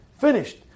Finished